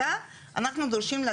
אנחנו עושים חקיקה,